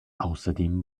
außerdem